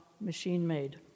machine-made